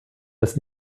das